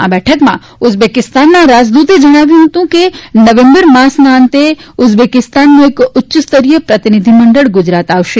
આ બેઠકમાં ઉઝબેકિસ્તાનના રાજદૂતે જણાવ્યું કે નવેમ્બર માસના અંતે ઉઝબેકિસ્તાનનું એક ઉચ્યસ્તરીય પ્રતિનિધીમંડળ ગુજરાત આવશે